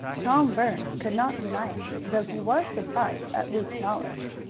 tom burns could not deny it, though he was surprised at luke's knowledge.